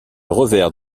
revers